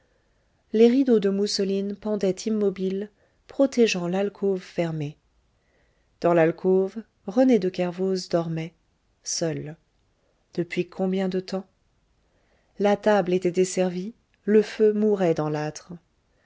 les rideaux de mousseline pendaient immobiles protégeant l'alcôve fermée dans l'alcôve rené de kervoz dormait seul depuis combien de temps la table était desservie le feu mourait dans l'âtre